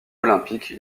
olympique